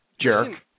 jerk